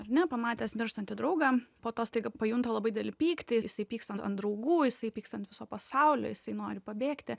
ar ne pamatęs mirštantį draugą po to staiga pajunta labai didelį pyktį jisai pyksta ant ant draugų jisai pykstant viso pasaulio jisai nori pabėgti